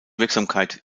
wirksamkeit